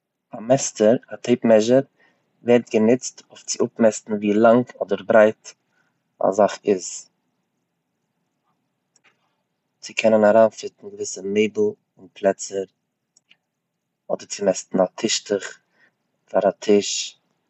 א מעסטער, א טעיפ מעזשער, ווערט גענוצט צו אפמעסטן ווי לאנג אדער ברייט א זאך איז, צו קענען אריינפיטן געוויסע מעבל אין פלעצער אדער צו מעסטן א טישטוך פאר א טיש.